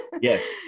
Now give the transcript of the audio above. Yes